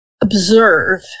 observe